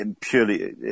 purely